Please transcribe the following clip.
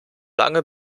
lange